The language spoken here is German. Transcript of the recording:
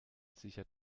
sichert